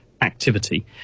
activity